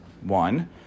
one